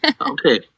Okay